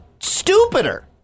stupider